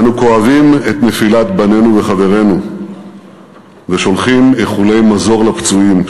אנו כואבים את נפילת בנינו וחברינו ושולחים איחולי מזור לפצועים.